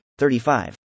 35